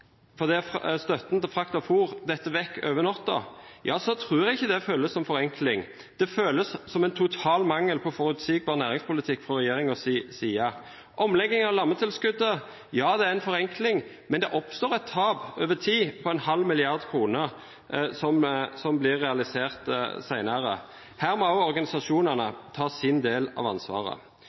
støtten til frakt av fôr faller bort over natta, tror jeg ikke det føles som forenkling. Det føles som en total mangel på forutsigbar næringspolitikk fra regjeringens side. Omlegging av lammetilskuddet er en forenkling, men det oppstår et tap over tid på 0,5 mrd. kr, som blir realisert senere. Her må også organisasjonene ta sin del av ansvaret.